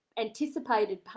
anticipated